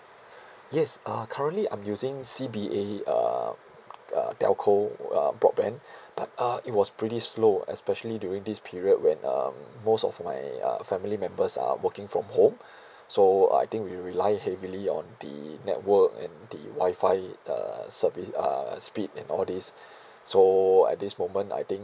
yes uh currently I'm using C B A uh uh telco uh broadband but uh it was pretty slow especially during this period when um most of my uh family members are working from home so I think we rely heavily on the network and the WI-FI uh servi~ uh speed and all this so at this moment I think